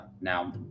now